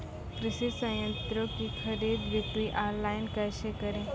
कृषि संयंत्रों की खरीद बिक्री ऑनलाइन कैसे करे?